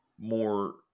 more